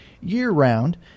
year-round